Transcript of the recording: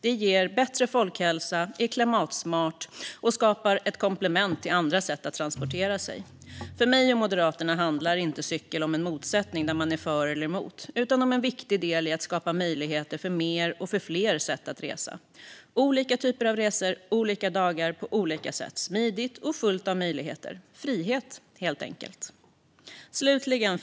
Det ger bättre folkhälsa, är klimatsmart och skapar ett komplement till andra sätt att transportera sig på. För mig och Moderaterna handlar inte cykel om en motsättning där man är för eller emot utan om en viktig del i att skapa möjligheter för mer och fler sätt att resa på: olika typer av resor, olika dagar och på olika sätt. Det är smidigt och fullt av möjligheter - frihet helt enkelt. Fru talman!